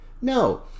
No